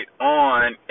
on